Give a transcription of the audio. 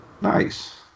Nice